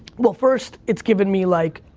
well first, it's given me like,